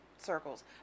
circles